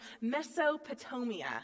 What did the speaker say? Mesopotamia